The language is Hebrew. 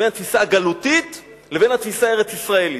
בין התפיסה הגלותית לבין התפיסה הארץ-ישראלית.